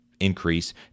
Increase